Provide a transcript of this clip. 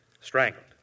strangled